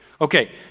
Okay